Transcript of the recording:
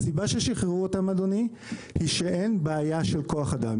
הסיבה ששחררו אותם היא שאין בעיה של כוח אדם.